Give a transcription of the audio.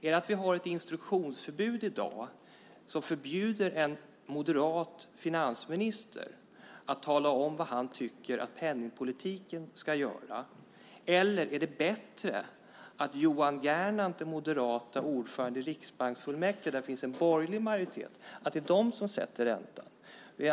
Är det att vi har ett instruktionsförbud som förbjuder en moderat finansminister att tala om vad han tycker att penningpolitiken ska göra, eller är det att räntan sätts av riksbanksfullmäktige, där det finns en borgerlig majoritet och moderaten Johan Gernandt är ordförande?